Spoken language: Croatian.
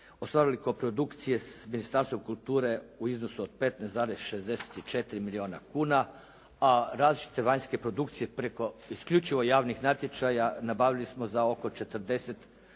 Ostvarili koprodukcije s Ministarstvom kulture u iznosu od 15,64 milijuna kuna, a različite vanjske produkcije preko isključivo javnih natječaja nabavili smo za oko 40 milijuna